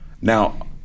Now